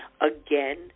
Again